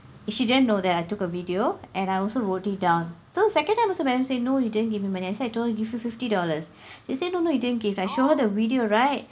she didn't know that I took a video and I also wrote it down so the second time also madam say no you didn't give me money I say I thought I give you fifty dollars she say no no you didn't give I show her video right